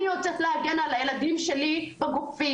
אני יוצאת להגן על הילדים שלי בגופי.